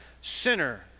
sinner